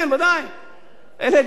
אלה דירות ריקות, דירות רפאים.